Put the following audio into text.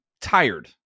tired